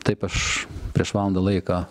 taip aš prieš valandą laiką